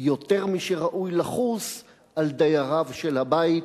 יותר משראוי לחוס על דייריו של הבית",